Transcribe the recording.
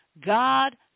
God